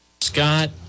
Scott